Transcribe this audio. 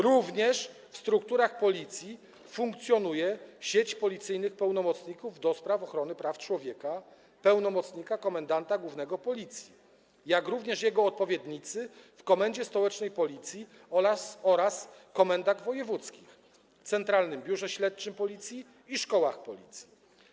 Również w strukturach Policji funkcjonują sieć policyjnych pełnomocników do spraw ochrony praw człowieka, pełnomocnik komendanta głównego Policji, jak również jego odpowiednicy w komendzie stołecznej Policji oraz komendant wojewódzki, w Centralnym Biurze Śledczym Policji i szkołach Policji.